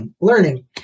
learning